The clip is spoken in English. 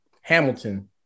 Hamilton